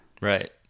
Right